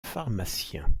pharmacien